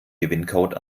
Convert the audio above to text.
gewinncode